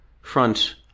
front